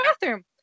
bathroom